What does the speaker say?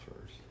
first